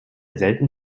selten